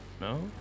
No